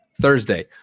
Thursday